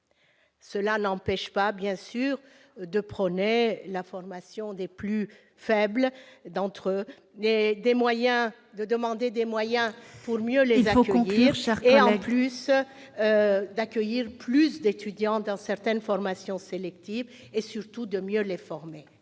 Cela n'empêche bien sûr pas de prôner la formation des plus faibles d'entre eux, de demander des moyens pour mieux les accueillir, d'accepter plus d'étudiants dans certaines formations sélectives, ni de mieux les former.